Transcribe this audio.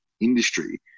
industry